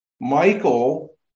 Michael